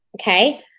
okay